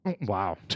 Wow